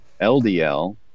LDL